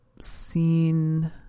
seen